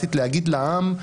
אנטי-דמוקרטית להגיד לעם: